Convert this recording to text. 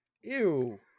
Ew